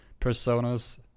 personas